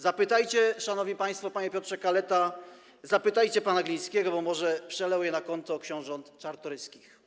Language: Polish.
Zapytajcie, szanowni państwo, panie Piotrze Kaleta, pana Glińskiego, bo może przelał je na konto książąt Czartoryskich.